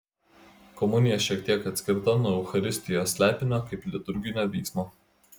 komunija šiek tiek atskirta nuo eucharistijos slėpinio kaip liturginio vyksmo